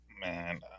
Man